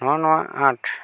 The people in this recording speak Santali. ᱱᱚᱜᱼᱚ ᱱᱚᱣᱟ ᱟᱸᱴ